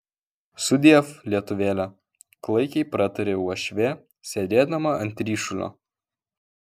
sudiev lietuvėle klaikiai pratarė uošvė sėdėdama ant ryšulio